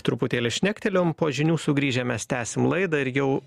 truputėlį šnektelėjom po žinių sugrįžę mes tęsim laidą ir jau